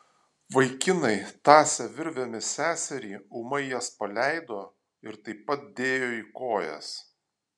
vaikinai tąsę virvėmis seserį ūmai jas paleido ir taip pat dėjo į kojas